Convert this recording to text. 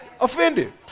Offended